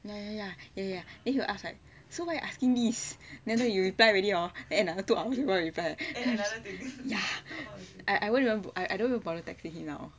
ya ya ya ya then he will ask like so why you asking this then you reply already hor then another two hours don't want reply I I won't even bother texting him now